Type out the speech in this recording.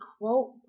quote